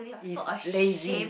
is lazy